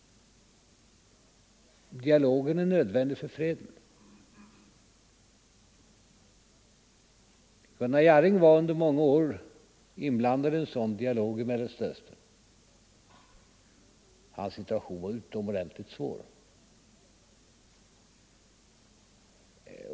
Dialogen är nödvändig för freden. Gunnar Jarring var under många år inblandad i en sådan dialog i Mellersta Östern. Hans situation var utomordentligt svår.